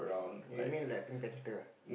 you mean like pink panther ah